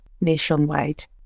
nationwide